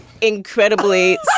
incredibly